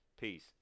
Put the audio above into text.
Peace